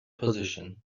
position